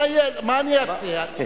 מה אני אעשה?